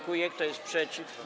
Kto jest przeciw?